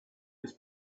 his